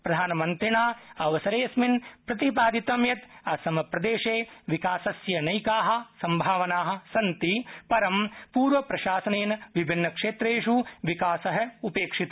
प्रधानमन्त्रिणा अवसरे अस्मिन् प्रतिपादितं यत् असमप्रदेशे विकासस्य नैका सम्भावना सन्ति परं पूर्वप्रशासनेन विभिन्नक्षेत्रेषु विकास उपेक्षित